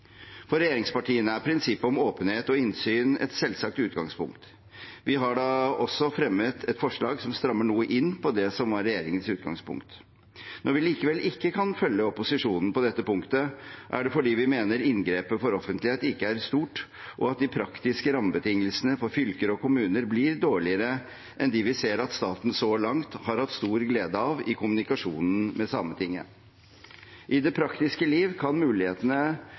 For regjeringspartiene er prinsippet om åpenhet og innsyn et selvsagt utgangspunkt. Vi har da også fremmet et forslag som strammer noe inn på det som var regjeringens utgangspunkt. Når vi likevel ikke kan følge opposisjonen på dette punktet, er det fordi vi mener inngrepet for offentlighet ikke er stort, og at de praktiske rammebetingelsene for fylker og kommuner blir dårligere enn dem vi ser at staten så langt har hatt stor glede av i kommunikasjonen med Sametinget. I det praktiske liv kan mulighetene